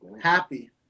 happy